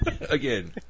Again